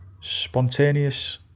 spontaneous